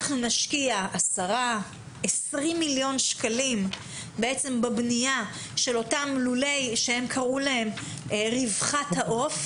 נשקיע 10,20 מיליון שקלים בבנייה של אותם לולים לרווחת העוף,